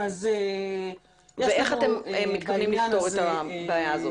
ואיך אתם מתכוונים לפתור את זה.